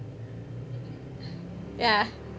ya